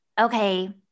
okay